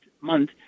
month